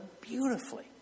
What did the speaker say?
beautifully